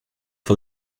for